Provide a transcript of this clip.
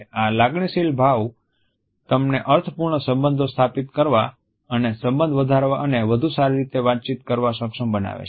આ લાગણીશીલ ભાવ તમને અર્થપૂર્ણ સંબંધો સ્થાપિત કરવા અને સંબંધ વધારવા અને વધુ સારી રીતે વાતચીત કરવા સક્ષમ બનાવે છે